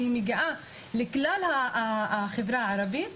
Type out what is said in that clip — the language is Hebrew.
שהיא מגיעה לכלל החברה הערבית,